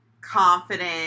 confident